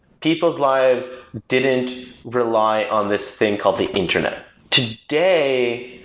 people's lives didn't rely on this thing called the internet today,